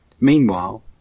Meanwhile